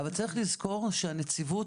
אבל צריך לזכור שהנציבות,